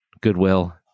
goodwill